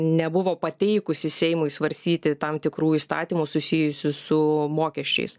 nebuvo pateikusi seimui svarstyti tam tikrų įstatymų susijusių su mokesčiais